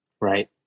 right